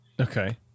Okay